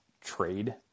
trade